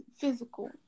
physical